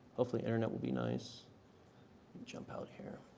off the internet will be nice and jump out here,